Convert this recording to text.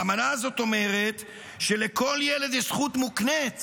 והאמנה הזו אומרת שלכל ילד יש זכות מוקנית